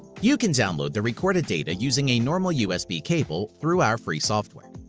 you can download the recorded data using a normal usb cable through our free software.